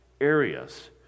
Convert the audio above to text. areas